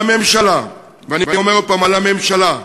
על הממשלה, ואני אומר שוב: על הממשלה,